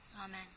Amen